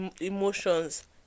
emotions